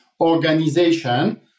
organization